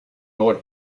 noord